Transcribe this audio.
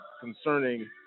concerning